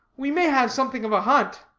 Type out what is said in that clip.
we may have something of a hunt!